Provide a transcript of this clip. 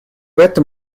этом